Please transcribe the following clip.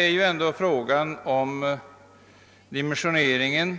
Det gäller ändå frågor som dimensioneringen